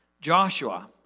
Joshua